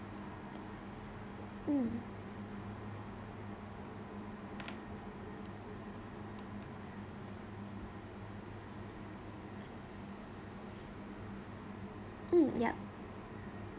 mm mm yup